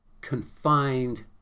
confined